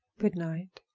good-night.